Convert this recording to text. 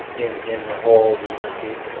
in in whole user fees.